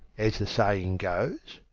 as the saying goes.